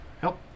Help